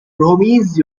homies